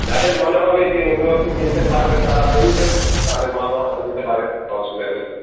যাদের মনে হবে যে অভিভাবককে নিয়ে যেতে পারবে তারা বলবে তাদের বাবা মারা যেতে পারে কোনও অসুবিধা নেই